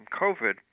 COVID